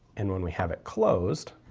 and when we have it closed,